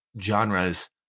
genres